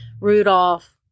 rudolph